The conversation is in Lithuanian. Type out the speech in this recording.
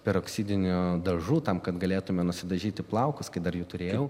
peroksidinių dažų tam kad galėtume nusidažyti plaukus kai dar jų turėjau